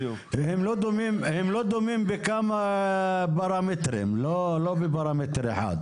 הם לא דומים בכמה פרמטרים, לא בפרמטר אחד.